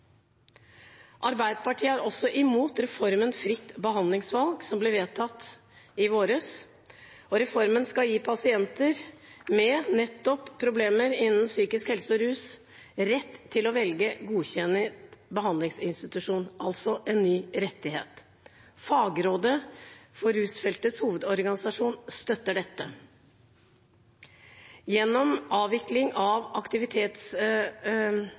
Arbeiderpartiet er også imot reformen fritt behandlingsvalg, som ble vedtatt i våres. Reformen skal gi pasienter med problemer innenfor nettopp psykisk helse og rus rett til å velge og godkjenne behandlingsinstitusjoner – altså en ny rettighet. Fagrådet for rusfeltets hovedorganisasjon støtter dette. Gjennom avvikling av